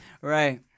Right